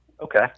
Okay